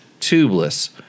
tubeless